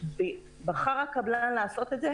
בחר הקבלן לעשות את זה?